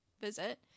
visit